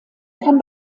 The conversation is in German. kann